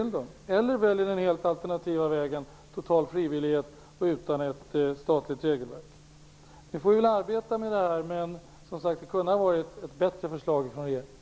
Man hade också kunnat välja den alternativa vägen med total frivillighet utan statligt regelverk. Vi får väl arbeta utifrån det här förslaget. Men, som sagt, det hade kunnat vara ett bättre förslag från regeringen.